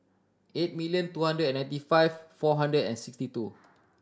eight million two hundred and ninety five four hundred and sixty two